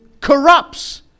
corrupts